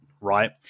right